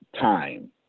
time